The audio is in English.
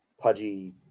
pudgy